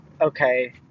okay